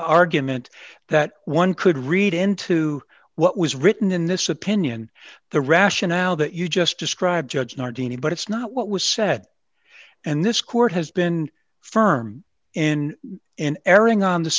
argument that one could read into what was written in this opinion the rationale that you just described judge nardini but it's not what was said and this court has been firm in an erring on the